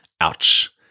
ouch